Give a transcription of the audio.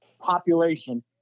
population